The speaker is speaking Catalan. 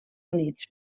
units